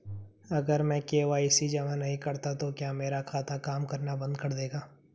अगर मैं के.वाई.सी जमा नहीं करता तो क्या मेरा खाता काम करना बंद कर देगा?